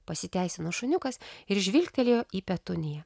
pasiteisino šuniukas ir žvilgtelėjo į petuniją